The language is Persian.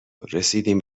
رسیدیم